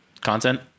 Content